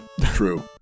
True